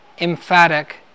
emphatic